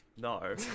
No